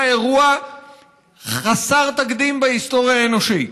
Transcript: אירוע חסר תקדים בהיסטוריה האנושית.